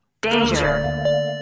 danger